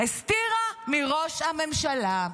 הסתירה מראש הממשלה.